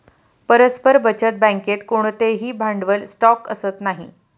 परस्पर बचत बँकेत कोणतेही भांडवल स्टॉक असत नाही